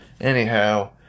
Anyhow